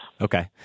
Okay